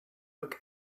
look